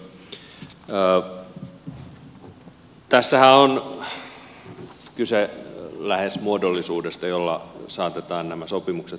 tässähän on kyse lähes muodollisuudesta jolla saatetaan nämä sopimukset voimaan